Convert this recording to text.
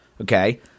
okay